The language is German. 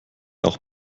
auch